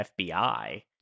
FBI